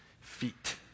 feet